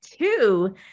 two